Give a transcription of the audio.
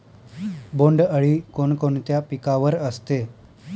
बोंडअळी कोणकोणत्या पिकावर असते?